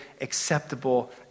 acceptable